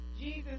Jesus